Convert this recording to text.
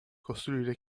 costruire